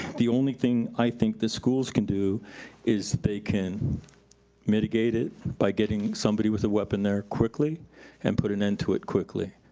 the only thing i think the schools can do is they can mitigate it by getting somebody with a weapon there, quickly and put an end to it quickly.